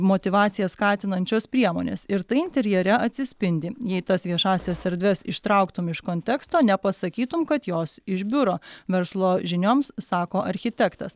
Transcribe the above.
motyvaciją skatinančios priemonės ir tai interjere atsispindi jei tas viešąsias erdves ištrauktum iš konteksto nepasakytum kad jos iš biuro verslo žinioms sako architektas